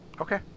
okay